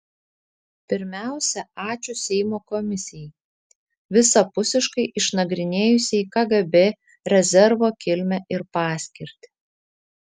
pirmiausia ačiū seimo komisijai visapusiškai išnagrinėjusiai kgb rezervo kilmę ir paskirtį